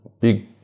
big